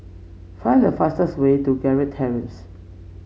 find the fastest way to Gerald Terrace